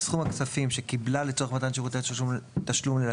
סכום הכספים שקיבלה לצורך מתן שירותי תשלום ללקוחותיה,